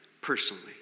personally